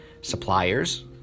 suppliers